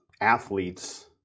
athletes